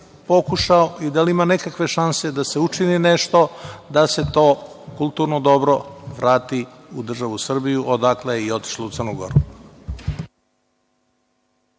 pokušao i da li ima nekakve šanse da se učini nešto da se to kulturno dobro vrati u državu Srbiju, odakle je i otišlo u Crnu Goru?